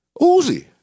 uzi